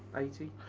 eighty.